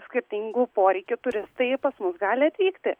skirtingų poreikių turistai pas mus gali atvykti